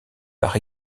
par